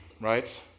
right